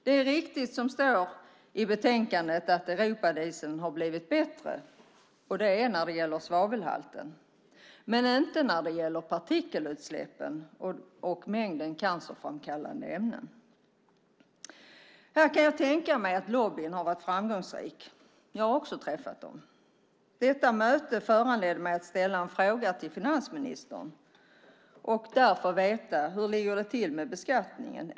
Det är riktigt som står i betänkandet att europadieseln har blivit bättre, och det gäller svavelhalten men inte när det gäller partikelutsläppen och mängden cancerframkallande ämnen. Här kan jag tänka mig att lobbying har varit framgångsrik. Jag har också träffat dem som lobbar, och det föranledde mig att ställa en fråga till finansministern för att få veta hur det ligger till med beskattningen.